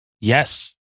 Yes